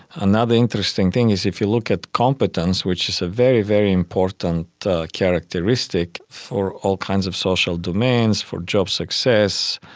another interesting thing is if you look at competence, which is a very, very important characteristic for all kinds of social demands, for job success,